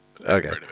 Okay